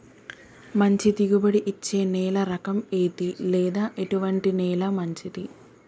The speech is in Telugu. మంచి దిగుబడి ఇచ్చే నేల రకం ఏది లేదా ఎటువంటి నేల మంచిది?